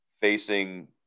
facing